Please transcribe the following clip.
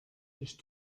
dich